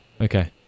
Okay